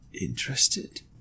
Interested